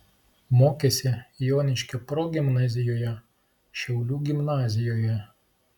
mokėsi joniškio progimnazijoje šiaulių gimnazijoje